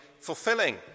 fulfilling